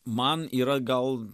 man yra gal